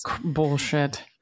bullshit